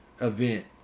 event